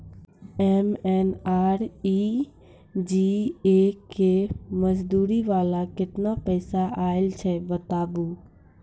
MNREGA के मज़दूरी वाला केतना पैसा आयल छै बताबू?